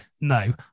No